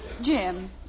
Jim